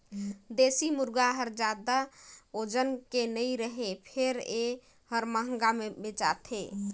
देसी मुरगा हर जादा ओजन के नइ रहें फेर ए हर महंगा में बेचाथे